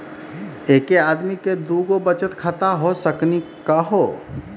एके आदमी के दू गो बचत खाता हो सकनी का हो?